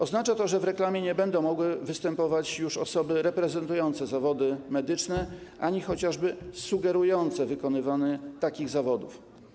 Oznacza to, że w reklamie nie będą mogły występować już osoby reprezentujące zawody medyczne ani chociażby sugerujące wykonywanie takich zawodów.